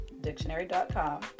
dictionary.com